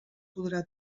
podrà